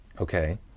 okay